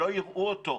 שלא יראו אותו,